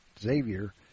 Xavier